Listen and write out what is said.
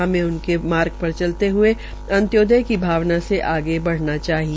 हमें उनकी मार्ग पर चलते हये अन्त्योदय की भावना से आगे बढ़ना चाहिए